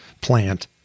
plant